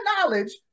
knowledge